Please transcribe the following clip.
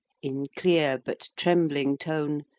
in clear but trembling tone,